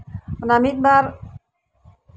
ᱚᱱᱟ ᱢᱤᱫᱼᱵᱟᱨ